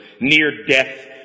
near-death